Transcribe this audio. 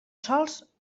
sols